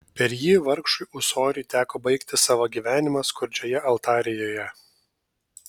per jį vargšui ūsoriui teko baigti savo gyvenimą skurdžioje altarijoje